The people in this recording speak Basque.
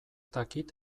dakit